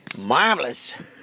marvelous